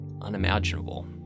unimaginable